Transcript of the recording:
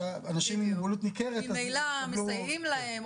שאנשים עם מוגבלות ניכרת -- ממילא מסייעים להם,